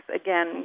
again